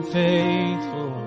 faithful